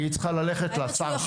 כי היא צריכה ללכת לשר שלה.